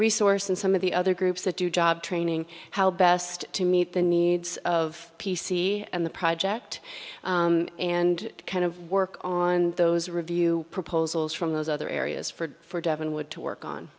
resource and some of the other groups that do job training how best to meet the needs of p c and the project and kind of work on those review proposals from those other areas for devon wood to work on